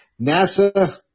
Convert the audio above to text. NASA